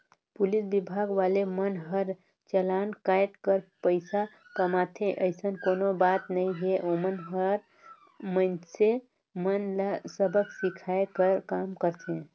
police विभाग वाले मन हर चलान कायट कर पइसा कमाथे अइसन कोनो बात नइ हे ओमन हर मइनसे मन ल सबक सीखये कर काम करथे